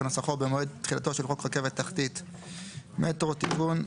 כנוסחו במועד תחילתו של חוק רכבת תחתית (מטרו) (תיקון)